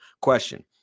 Question